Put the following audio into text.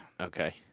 Okay